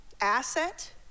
asset